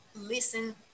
listen